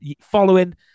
Following